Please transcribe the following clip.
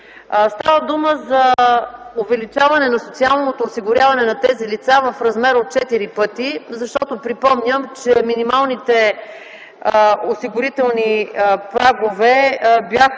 Става дума за увеличаване на социалното осигуряване на тези лица в размер от четири пъти, защото припомням, че минималните осигурителни прагове бяха